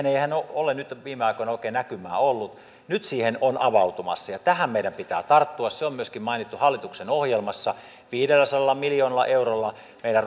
ei ole viime aikoina oikein näkymää ollut nyt siihen on avautumassa sellainen ja tähän meidän pitää tarttua se on myöskin mainittu hallituksen ohjelmassa viidelläsadalla miljoonalla eurolla meidän